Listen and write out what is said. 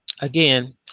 again